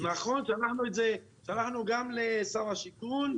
שלחנו גם לשר השיכון,